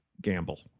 gamble